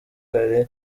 carey